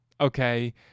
okay